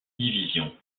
divisions